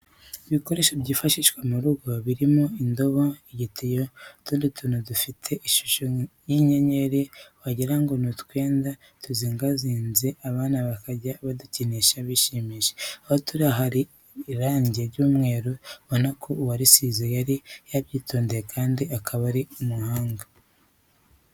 Ibikoresho byifashishwa mu rugo harimo indobo, igitiyo, utundi tuntu dufite ishusho y'inyenyeri wagira ngo ni utwenda bazingazinze abana bakajya badukoresha bishimisha. Aho turi hari irange ry'umweru ubona ko uwarisize yari yabyitondeye kandi akaba ari umuhanga.